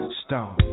stone